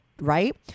right